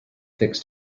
fix